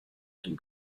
and